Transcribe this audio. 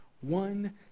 one